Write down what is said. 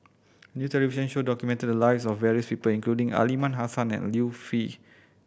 a new television show documented the lives of various people including Aliman Hassan and Liu Peihe